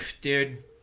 Dude